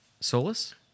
Solace